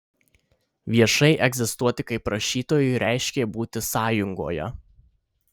viešai egzistuoti kaip rašytojui reiškė būti sąjungoje